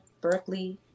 Berkeley